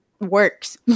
works